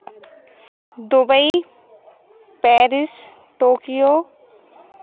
Dubai Paris Tokyo